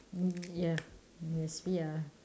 mm ya yes we are